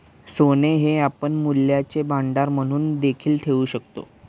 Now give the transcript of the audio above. सोने हे आपण मूल्यांचे भांडार म्हणून देखील ठेवू शकतो